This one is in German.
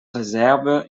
reserve